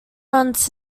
runs